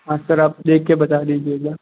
हाँ सर आप देख के बता दीजिएगा